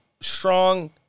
strong